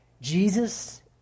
Jesus